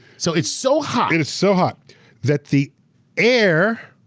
so, it's so hot. it is so hot that the air,